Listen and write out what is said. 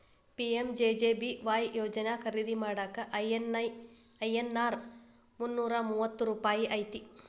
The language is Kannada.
ಪಿ.ಎಂ.ಜೆ.ಜೆ.ಬಿ.ವಾಯ್ ಯೋಜನಾ ಖರೇದಿ ಮಾಡಾಕ ಐ.ಎನ್.ಆರ್ ಮುನ್ನೂರಾ ಮೂವತ್ತ ರೂಪಾಯಿ ಐತಿ